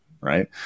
right